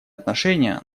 отношения